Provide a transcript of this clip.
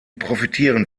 profitieren